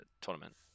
tournament